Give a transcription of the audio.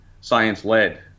science-led